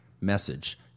message